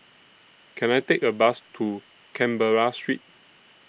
Can I Take A Bus to Canberra Street